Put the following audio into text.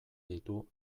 ditu